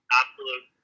absolute